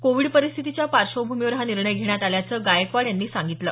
Covid परिस्थितीच्या पार्श्वभूमीवर हा निर्णय घेण्यात आल्याचं गायकवाड यांनी सांगितलं